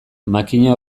makina